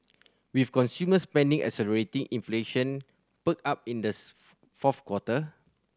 with consumer spending accelerating inflation perked up in the fourth quarter